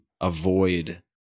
avoid